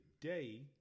today